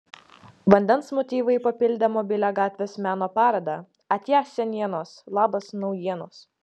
vandens motyvai papildė mobilią gatvės meno parodą atia senienos labas naujienos